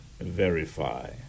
verify